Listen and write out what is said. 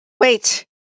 wait